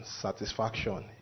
satisfaction